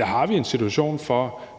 har vi en situation, som